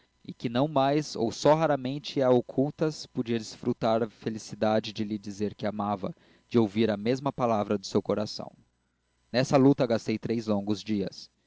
e que não mais ou só raramente e a ocultas podia desfrutar a felicidade de lhe dizer que a amava de ouvir a mesma palavra de seu coração nessa luta gastei três longos dias